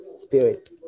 spirit